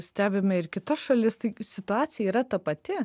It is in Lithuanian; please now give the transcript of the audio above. stebime ir kita šalis taigi situacija yra ta pati